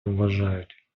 вважають